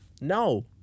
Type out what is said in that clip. No